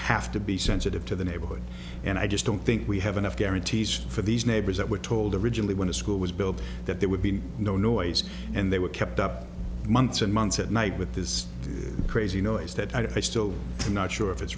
have to be sensitive to the neighborhood and i just don't think we have enough guarantees for these neighbors that were told originally when a school was built that there would be no noise and they were kept up months and months at night with this crazy noise that i still am not sure if it's